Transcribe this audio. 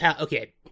Okay